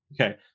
okay